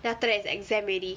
then after that exam already